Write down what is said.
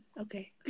Okay